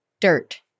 dirt